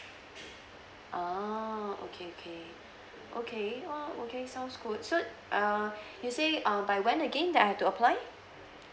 oh okay okay okay oh okay sounds good so err you say um by when again that I have to apply